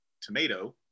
tomato